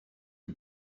you